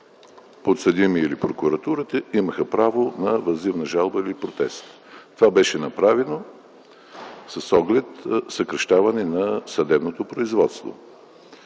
подсъдимият или прокуратурата имаха право на въззивна жалба или протест. Това беше направено с оглед съкращаване на съдебното производство,